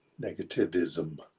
Negativism